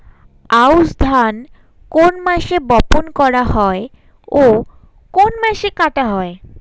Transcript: আউস ধান কোন মাসে বপন করা হয় ও কোন মাসে কাটা হয়?